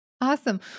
Awesome